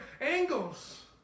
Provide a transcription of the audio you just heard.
angles